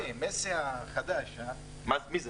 הצעת החוק הזאת ואם צריך להגיע,